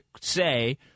say